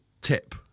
tip